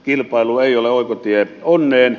kilpailu ei ole oikotie onneen